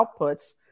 outputs